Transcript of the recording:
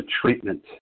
treatment